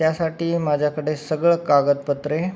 त्यासाठी माझ्याकडे सगळे कागदपत्रे